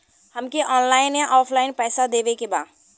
हमके ऑनलाइन या ऑफलाइन पैसा देवे के बा?